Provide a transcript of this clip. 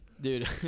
dude